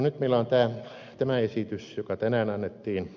nyt meillä on tämä esitys joka tänään annettiin